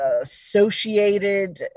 associated